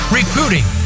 recruiting